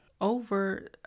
over